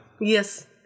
Yes